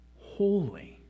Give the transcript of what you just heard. Holy